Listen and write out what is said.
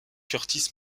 curtis